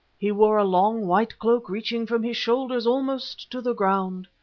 he wore a long, white cloak reaching from his shoulders almost to the ground.